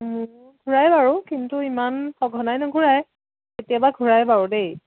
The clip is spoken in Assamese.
মূৰ ঘূৰাই বাৰু কিন্তু ইমান সঘনাই নুঘূৰাই কেতিয়াবা ঘূৰাই বাৰু দেই